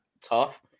tough